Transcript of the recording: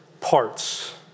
parts